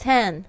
Ten